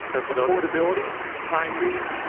so so but affordability, timely,